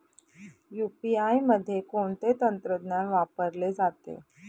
UPI मध्ये कोणते तंत्रज्ञान वापरले जाते?